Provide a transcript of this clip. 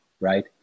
right